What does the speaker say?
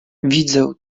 widzę